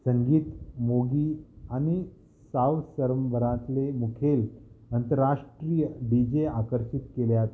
संगीत मोगी आनी साव सरंबरांतले मुखेल अंतरराष्ट्रीय डी जे आकर्शीत केल्यात